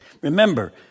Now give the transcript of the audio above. remember